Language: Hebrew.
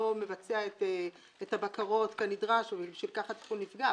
מבצע את הבקרות כנדרש ובשל כך הטיפול נפגע,